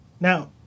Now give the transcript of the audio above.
Now